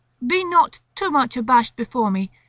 be not too much abashed before me,